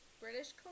British